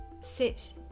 sit